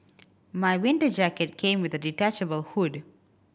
my winter jacket came with a detachable hood